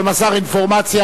אבל מסר אינפורמציה